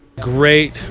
Great